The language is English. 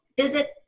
visit